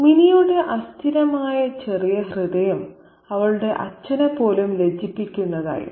"മിനിയുടെ അസ്ഥിരമായ ചെറിയ ഹൃദയം അവളുടെ അച്ഛനെപ്പോലും ലജ്ജിപ്പിക്കുന്നതായിരുന്നു